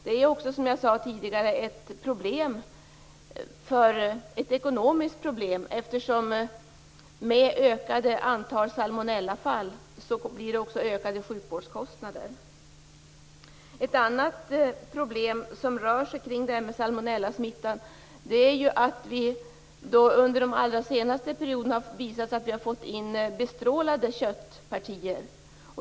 Som jag också sagt tidigare är detta även ett ekonomiskt problem, eftersom vi med ett ökat antal salmonellafall även får ökade sjukvårdskostnader. Ett annat problem som har att göra med salmonellasmittan är att det under den allra senaste tiden har visat sig att vi har fått in bestrålade köttpartier.